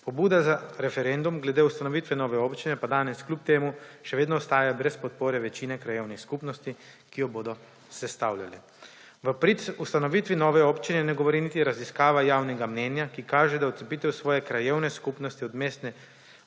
Pobuda za referendum glede ustanovitve nove občine pa danes kljub temu še vedno ostaja brez podpore večine krajevnih skupnosti, ki jo bodo sestavljale. V prid ustanovitvi nove občine ne govori niti raziskava javnega mnenja, ki kaže, da odcepitev svoje krajevne skupnosti od Mestne